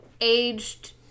aged